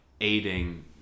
aiding